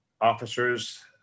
officers